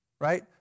Right